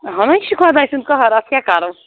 اَہنُو یہِ چھُ خۄدایہِ سُنٛد قہر اَتھ کیٛاہ کَرو